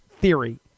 theory